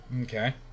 Okay